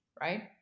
right